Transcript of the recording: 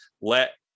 let